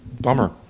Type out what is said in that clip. bummer